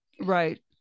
Right